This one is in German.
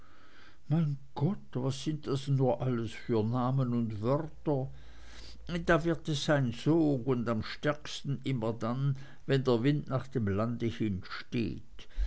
mein gott was sind das nur alles für namen und wörter da wird es ein sog und am stärksten immer dann wenn der wind nach dem lande hin